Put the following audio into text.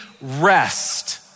Rest